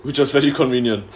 we've just very convenient